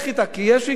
כי יש היגיון,